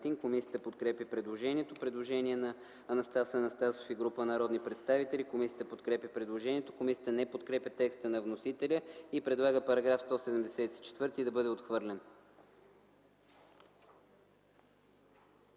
Комисията подкрепя предложението. Предложение от народния представител Анастас Анастасов и група народни представители. Комисията подкрепя предложението. Комисията не подкрепя текста на вносителя и предлага § 174 да бъде отхвърлен.